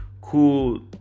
cool